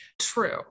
True